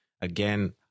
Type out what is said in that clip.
Again